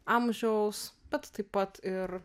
amžiaus bet taip pat ir